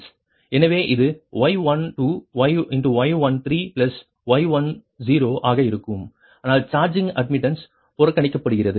எனவே இது y12 y13y10 ஆக இருக்கும் ஆனால் சார்ஜிங் அட்மிட்டன்ஸ் புறக்கணிக்கப்படுகிறது